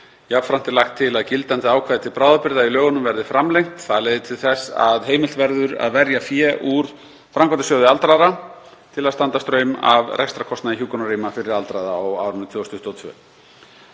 Jafnframt er lagt til að gildandi ákvæði til bráðabirgða í lögunum verði framlengt. Það leiðir til þess að heimilt verður að verja fé úr Framkvæmdasjóði aldraðra til að standa straum af rekstrarkostnaði hjúkrunarrýma fyrir aldraða á árinu 2022.